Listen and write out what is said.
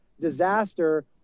disaster